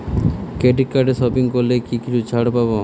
Credit কার্ডে shopping করলে কি কিছু ছাড় পাব?